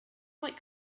like